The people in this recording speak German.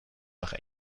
nach